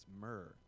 myrrh